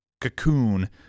cocoon